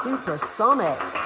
Supersonic